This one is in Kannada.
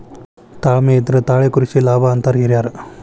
ತಾಳ್ಮೆ ಇದ್ರೆ ತಾಳೆ ಕೃಷಿ ಲಾಭ ಅಂತಾರ ಹಿರ್ಯಾರ್